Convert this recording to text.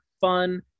fun